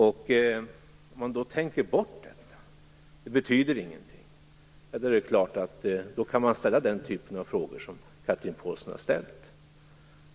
Om man tänker bort detta - det betyder ingenting - är det klart att man kan ställa den typ av frågor som Chatrine Pålsson har ställt.